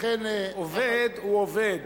"עובד" הוא עובד,